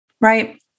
right